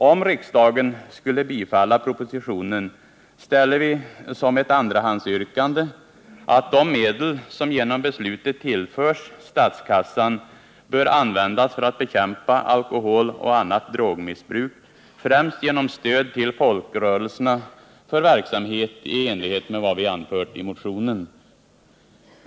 Om riksdagen skulle bifalla propositionen ställer vi som ett andrahandsyrkande att de medel som genom beslutet tillförs statskassan bör användas för att bekämpa alkoholoch annat drogmissbruk, främst genom stöd till folkrörelserna för verksamhet i enlighet med vad vi anfört i motionen.